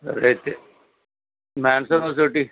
సరే అయితే mansion house ఒకటి ఇవ్వు